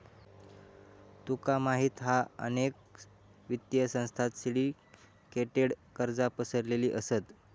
तुका माहित हा अनेक वित्तीय संस्थांत सिंडीकेटेड कर्जा पसरलेली असत